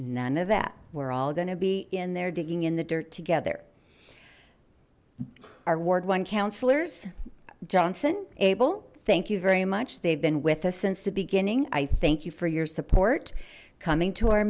none of that we're all gonna be in there digging in the dirt together our ward one counselors johnson abel thank you very much they've been with us since the beginning i thank you for your support coming to our